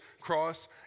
Cross